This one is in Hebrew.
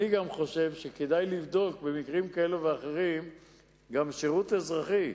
אני גם חושב שכדאי לבדוק במקרים כאלה ואחרים שירות אזרחי,